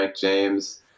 James